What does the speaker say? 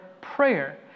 prayer